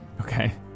Okay